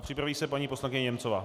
Připraví se paní poslankyně Němcová.